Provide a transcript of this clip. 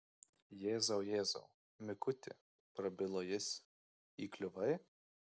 jėzau jėzau mikuti prabilo jis įkliuvai